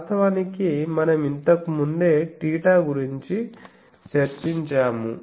వాస్తవానికి మనం ఇంతకు ముందే θ గురించి చర్చించాము